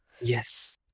Yes